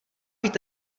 být